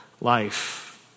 life